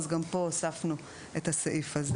אז גם פה הוספנו את הסעיף הזה.